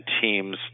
teams